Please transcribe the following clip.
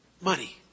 Money